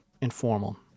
informal